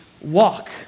walk